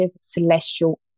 celestial